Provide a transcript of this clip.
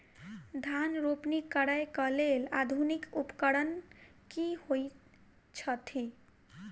धान रोपनी करै कऽ लेल आधुनिक उपकरण की होइ छथि?